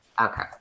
Okay